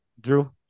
Drew